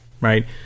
right